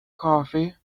coffee